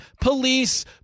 police